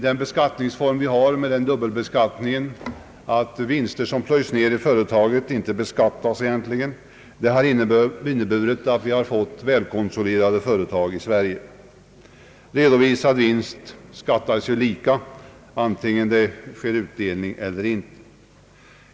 Den beskattningsform vi har, med en dubbelbeskattning som innebär «att vinster som plöjs ned i företagen egentligen inte beskattas, har medfört att vi fått välkonsoliderade företag i Sverige. Redovisad vinst beskattas lika antingen det sker utdelning eller inte.